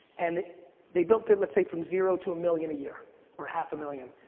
and they built it, let's say from zero to a million a year or half a million,